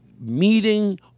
meeting